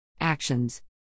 Actions